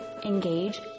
Engage